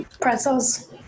Pretzels